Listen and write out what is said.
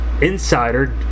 Insider